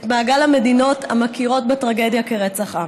את מעגל המדינות המכירות בטרגדיה כרצח עם.